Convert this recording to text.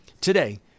Today